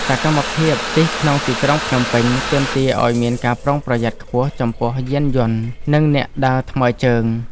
សកម្មភាពជិះក្នុងទីក្រុងភ្នំពេញ ទាមទារឱ្យមានការប្រុងប្រយ័ត្នខ្ពស់ចំពោះយានយន្ត និងអ្នកដើរថ្មើរជើង។